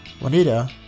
Juanita